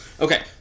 Okay